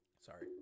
Sorry